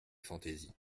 fantaisies